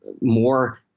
more